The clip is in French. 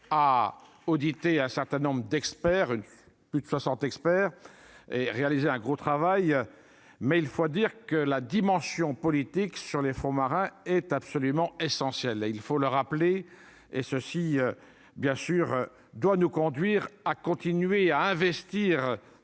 a audité, un certain nombre d'experts, plus de 60 experts et réalisé un gros travail, mais il faut dire que la dimension politique sur les fonds marins est absolument essentiel, il faut le rappeler et ceci bien sûr doit nous conduire à continuer à investir